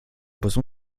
poisson